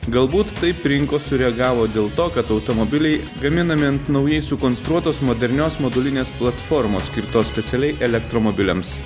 galbūt taip rinkos sureagavo dėl to kad automobiliai gaminami ant naujai sukonstruotos modernios modulinės platformos skirtos specialiai elektromobiliams